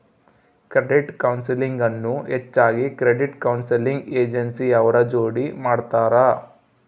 credit counselling ಅನ್ನು ಹೆಚ್ಚಾಗಿ credit counselling agency ಅವ್ರ ಜೋಡಿ ಮಾಡ್ತರ